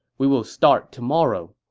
we will start tomorrow.